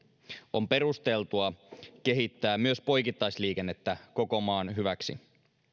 on perusteltua kehittää myös poikittaisliikennettä koko maan hyväksi